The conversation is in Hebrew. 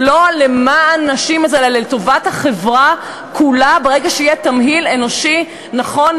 זה לא למען נשים אלא זה לטובת החברה כולה שיהיה תמהיל אנושי נכון,